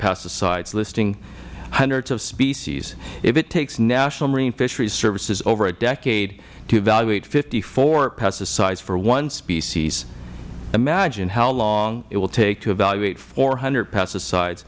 pesticides listing hundreds of species if it takes national marine fisheries service over a decade to evaluate fifty four pesticides for one species imagine how long it will take to evaluate four hundred pesticides